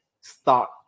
start